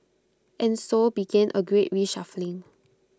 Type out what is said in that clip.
and so began A great reshuffling